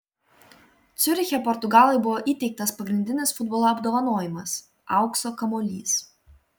ciuriche portugalui buvo įteiktas pagrindinis futbolo apdovanojimas aukso kamuolys